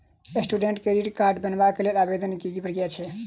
Student credit card बनेबाक लेल आवेदन केँ की प्रक्रिया छै?